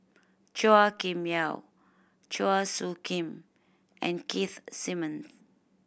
Chua Kim Yeow Chua Soo Khim and Keith Simmons